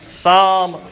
Psalm